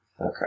Okay